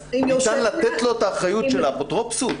אז ניתן לתת לו את האחריות של האפוטרופסות